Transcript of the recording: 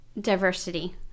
diversity